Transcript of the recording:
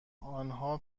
آنها